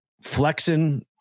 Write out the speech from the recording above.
flexing